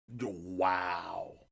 Wow